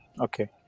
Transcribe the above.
Okay